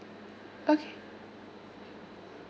okay